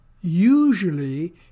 Usually